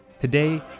Today